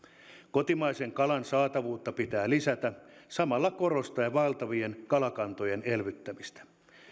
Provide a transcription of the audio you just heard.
kotimaisen kalan saatavuutta pitää lisätä samalla korostaen vaeltavien kalakantojen elvyttämista